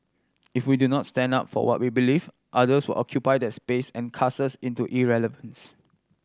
if we do not stand up for what we believe others will occupy that space and cast us into irrelevance